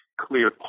clear